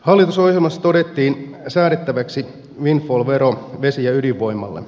hallitusohjelmassa todettiin säädettäväksi windfall vero vesi ja ydinvoimalle